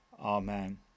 Amen